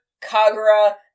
kagura